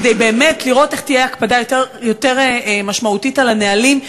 כדי באמת לראות איך תהיה הקפדה יותר משמעותית על הנהלים.